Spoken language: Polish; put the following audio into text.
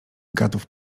gadów